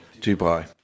Dubai